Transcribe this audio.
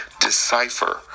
decipher